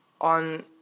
on